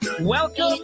Welcome